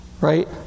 Right